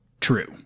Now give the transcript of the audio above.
true